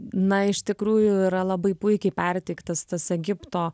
na iš tikrųjų yra labai puikiai perteiktas tas egipto